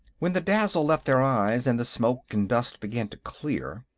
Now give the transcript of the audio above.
when the dazzle left their eyes, and the smoke and dust began to clear,